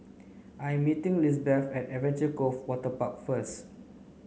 I'm meeting Lisbeth at Adventure Cove Waterpark first